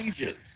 ages